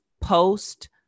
post